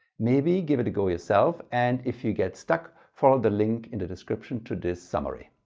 maybe give it a go yourself and if you get stuck follow the link in the description to this summary.